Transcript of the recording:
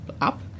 up